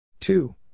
Two